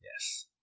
Yes